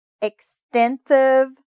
extensive